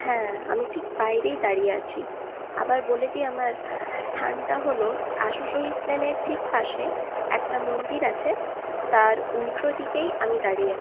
হ্যাঁ আমি ঠিক বাইরেই দাঁড়িয়ে আছি আবার বলে দিই আমার স্থানটা হল আশু সহিস লেনের ঠিক পাশে একটা মন্দির আছে তার উল্টো দিকেই আমি দাঁড়িয়ে